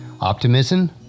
optimism